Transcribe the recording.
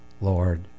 Lord